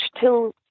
till